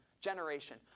generation